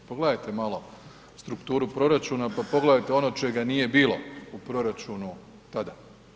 Pogledajte malo strukturu proračuna pa pogledajte ono čega nije bilo u proračunu tada.